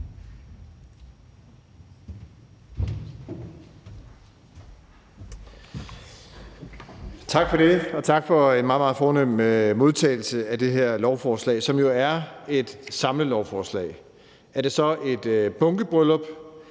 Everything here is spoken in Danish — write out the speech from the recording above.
Tak for det, og tak for en meget, meget fornem modtagelse af det her lovforslag, som jo er et samlelovforslag. Er det så et bunkebryllup?